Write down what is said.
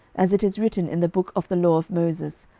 as it is written in the book of the law of moses,